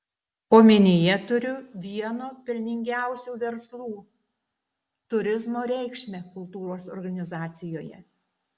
omenyje turiu vieno pelningiausių verslų turizmo reikšmę kultūros organizacijoje